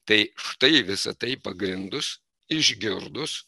tai štai visa tai pagrindus išgirdus